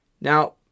Now